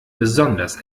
besonders